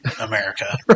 America